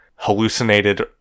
hallucinated